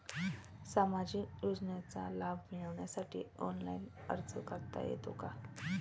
सामाजिक योजनांचा लाभ मिळवण्यासाठी ऑनलाइन अर्ज करता येतो का?